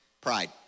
pride